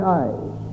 eyes